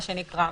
מה שנקרא.